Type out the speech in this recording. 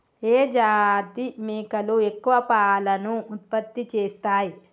ఏ జాతి మేకలు ఎక్కువ పాలను ఉత్పత్తి చేస్తయ్?